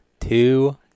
two